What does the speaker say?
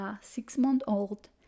six-month-old